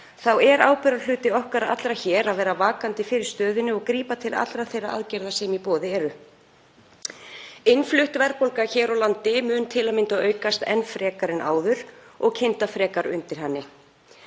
þá er ábyrgðarhluti okkar allra hér að vera vakandi fyrir stöðunni og grípa til allra þeirra aðgerða sem í boði eru. Innflutt verðbólga hér á landi mun til að mynda aukast enn meira og kynda frekar undir